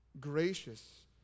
gracious